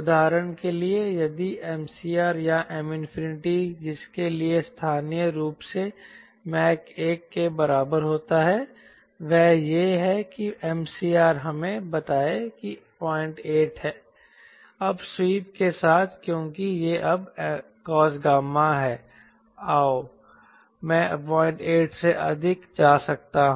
उदाहरण के लिए यदि MCR यहां M जिसके लिए स्थानीय रूप से मैक एक के बराबर होता है वह यह है कि MCR हमें बताए कि 08 है अब स्वीप के साथ क्योंकि यह अब cos𝛬 है आओ मैं 08 से अधिक जा सकता हूं